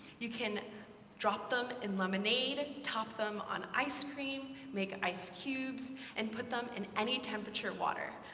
you can drop them in lemonade, top them on ice cream, make ice cubes, and put them in any-temperature water.